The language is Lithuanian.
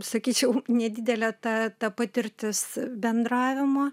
sakyčiau nedidelė ta ta patirtis bendravimo